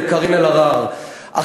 כי הרי אין מעסיקים בצד השני,